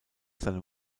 seinem